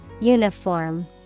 Uniform